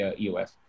EOS